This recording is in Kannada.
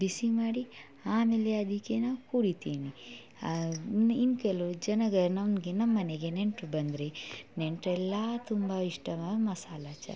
ಬಿಸಿ ಮಾಡಿ ಆಮೇಲೆ ಅದಕ್ಕೆ ನಾವು ಕುಡಿತೇನೆ ಇನ್ನು ಕೆಲವು ಜನಗ ನಮಗೆ ನಮ್ಮ ಮನೆಗೆ ನೆಂಟರು ಬಂದರೆ ನೆಂಟರೆಲ್ಲ ತುಂಬ ಇಷ್ಟವ ಮಸಾಲ ಚಾಯ್